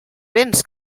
béns